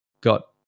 got